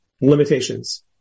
limitations